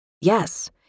Yes